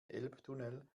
elbtunnel